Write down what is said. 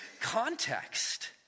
context